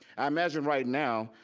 i imagine right now,